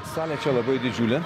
salė čia labai didžiulė